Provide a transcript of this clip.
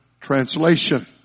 translation